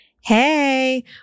hey